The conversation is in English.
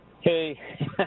Hey